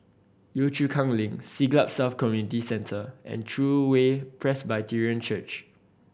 Yio Chu Kang Link Siglap South Community Centre and True Way Presbyterian Church